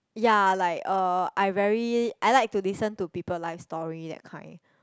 ya like uh I very I like to listen to people life story that kind